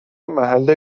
محل